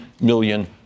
million